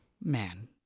man